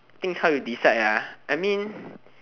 thing is how you decide ah I mean